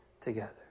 together